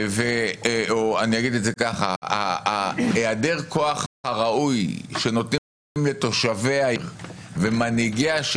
או שאני אגיד שהיעדר הכוח הראוי שנותנים לתושבי העיר ומנהיגיה,